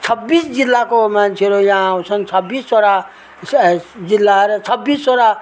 छब्बिस जिल्लाको मान्छेहरू यहाँ आउँछन् छब्बिसवटा यस जिल्ला अरे छब्बिसवटा